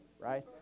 right